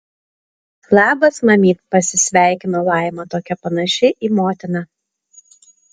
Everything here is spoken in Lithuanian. labas mamyt pasisveikino laima tokia panaši į motiną